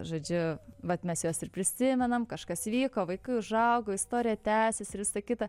žodžiu vat mes juos ir prisimenam kažkas vyko vaikai užaugo istorija tęsiasi ir visa kita